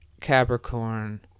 Capricorn